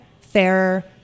fairer